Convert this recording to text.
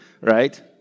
Right